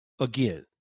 again